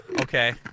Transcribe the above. Okay